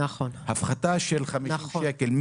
הפחתה של 50 שקל,